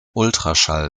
ultraschall